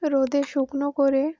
রোদে শুকনো করে